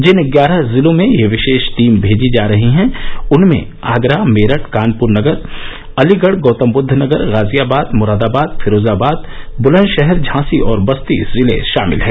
जिन ग्यारह जिलों में ये विशेष टीम मेजी जा रही हैं उनमें आगरा मेरठ कानपुर नगर अलीगढ गौतमबुद्ध नगर गाजियाबाद मुरादाबाद फिरोजाबाद ब्लंदशहर झांसी और बस्ती जिले शामिल हैं